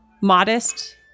modest